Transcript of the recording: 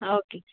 okay